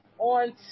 On